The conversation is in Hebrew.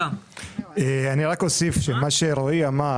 אני אוסיף שמה שרועי אמר